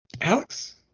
Alex